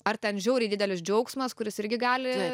ar ten žiauriai didelis džiaugsmas kuris irgi gali